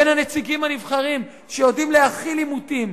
בין הנציגים הנבחרים שיודעים להכיל עימותים,